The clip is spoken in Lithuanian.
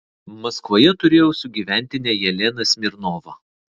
maskvoje turėjau sugyventinę jeleną smirnovą